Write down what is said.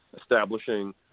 establishing